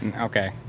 Okay